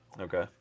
Okay